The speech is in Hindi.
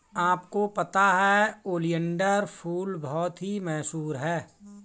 आपको पता है ओलियंडर फूल बहुत ही मशहूर है